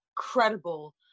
incredible